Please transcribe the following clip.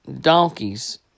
donkeys